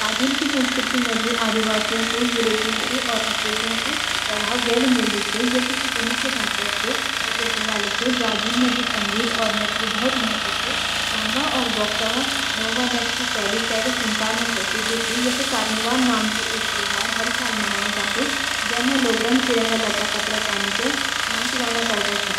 ब्राजील की संस्कृति माजी आदिवाशियों कू, युरोपियों और अफ्रिकियों कू प्रभाव गेली मिलदु छ। यख की जू मुक्य भासा छ व छ पुर्तगाली। ब्राजील माजी संगीत और नच कु बहुत महतव छ। साम्भा और बोक्साह नोवा नच की सेली सेडा संसज मा प्रसिध छ। यख कार्निवाल का नाम कू एक त्यौहार हर साल मनाए जांदू जमा लोग रण-बिरंगा लत्ता कपडा पेनिके नच गाना करदा छ।